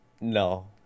no